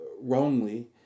wrongly